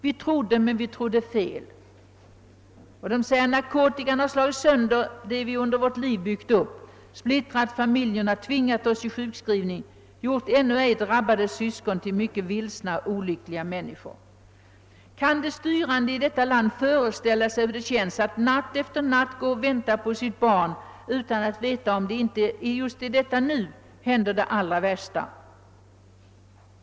— Vi trodde, men vi trodde fel.» De fortsätter: »Narkotikan har slagit sönder det vi under vårt liv byggt upp — splittrat familjer, tvingat oss till sjukskrivning, gjort ännu ej drabbade syskon till mycket vilsna och olyckliga människor. Kan de styrande i detta land föreställa sig, hur det känns att natt efter natt gå och vänta på sitt barn utan att veta, om det inte i detta nu händer det allra värsta.